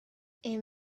and